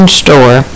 store